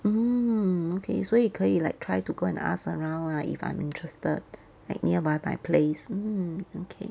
mm okay 所以可以 like try to go and ask around lah if I'm interested like nearby my place mm okay